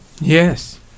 Yes